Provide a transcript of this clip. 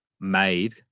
made